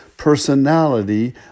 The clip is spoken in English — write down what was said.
personality